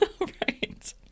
Right